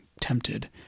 tempted